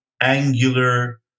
angular